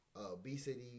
obesity